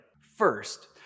First